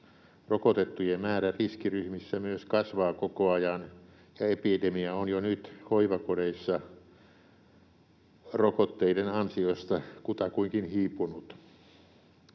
Rokotettujen määrä riskiryhmissä myös kasvaa koko ajan, ja epidemia on jo nyt hoivakodeissa rokotteiden ansiosta kutakuinkin hiipunut.